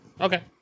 Okay